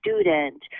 student